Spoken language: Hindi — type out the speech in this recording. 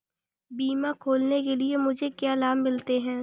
बीमा खोलने के लिए मुझे क्या लाभ मिलते हैं?